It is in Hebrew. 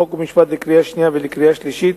חוק ומשפט לקריאה שנייה ולקריאה שלישית,